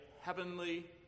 heavenly